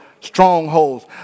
strongholds